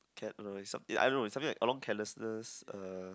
I don't know something like along carelessness uh